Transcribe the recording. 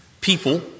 people